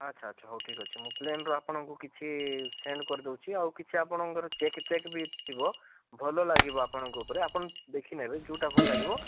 ଆଚ୍ଛା ଆଚ୍ଛା ହଉ ଠିକ୍ ଅଛି ମୁଁ ପ୍ଲେନ୍ର ଆପଣଙ୍କୁ କିଛି ସେଣ୍ଡ କରିଦେଉଛି ଆଉ କିଛି ଆପଣଙ୍କର ଚେକ୍ ଚେକ୍ ବି ଥିବ ଭଲ ଲାଗିବ ଆପଣଙ୍କ ଉପରେ ଆପଣ ଦେଖିନେବେ ଯେଉଁଟା ଭଲ ଲାଗିବ